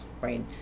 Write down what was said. right